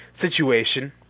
situation